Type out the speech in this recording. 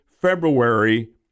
February